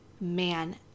man